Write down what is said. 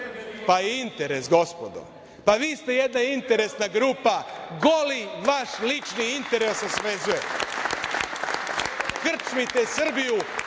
pa interes, gospodo. Pa, vi ste jedna interesna grupa, goli, vaš lični interes vas vezuje. Krčmite Srbiju,